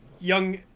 young